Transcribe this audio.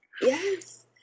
Yes